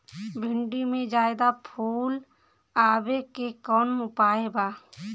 भिन्डी में ज्यादा फुल आवे के कौन उपाय बा?